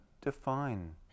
define